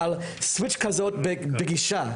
אבל סוויץ כזה בגישה,